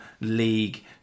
league